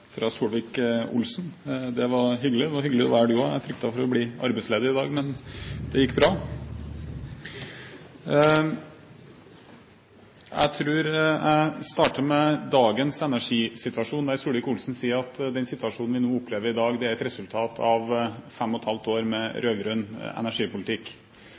Det var hyggelig. Det var hyggelig at du var her du også. Jeg fryktet for å bli arbeidsledig i dag, men det gikk bra. Jeg tror jeg starter med dagens energisituasjon, der Solvik-Olsen sier at den situasjonen vi opplever nå i dag, er et resultat av 5½ år med rød-grønn energipolitikk.